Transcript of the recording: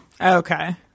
Okay